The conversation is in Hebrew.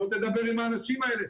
בוא דבר עם האנשים האלה,